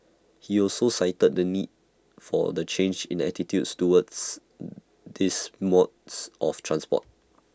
he also cited the need for the change in attitudes towards these modes of transport